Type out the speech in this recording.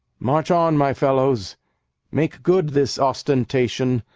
march on, my fellows make good this ostentation,